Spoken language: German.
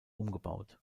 umgebaut